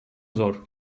zor